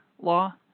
law